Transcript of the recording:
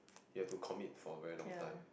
you have to commit for a long time